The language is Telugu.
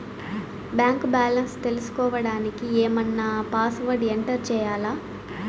బ్యాంకు బ్యాలెన్స్ తెలుసుకోవడానికి ఏమన్నా పాస్వర్డ్ ఎంటర్ చేయాలా?